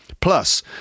Plus